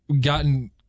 gotten